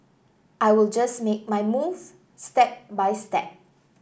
I will just make my move step by step